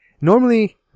normally